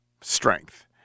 strength